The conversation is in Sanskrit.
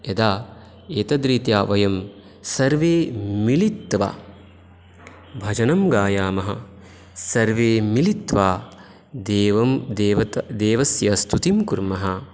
यदा एतद्रीत्य वयं सर्वे मिलित्वा भजनम् गायामः सर्वे मिलित्वा देवं देवत् देवस्य स्तुतिं कुर्मः